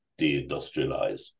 deindustrialize